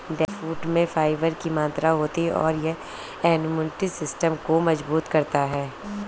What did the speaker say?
dragon fruit में fibre की मात्रा होती है और यह इम्यूनिटी सिस्टम को मजबूत करता है